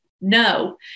No